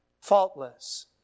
faultless